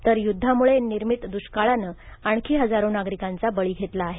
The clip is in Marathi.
तर युद्धामुळे निर्मित दुष्काळानं आणखी हजारो नागरिकांचा बळी घेतला आहे